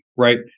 Right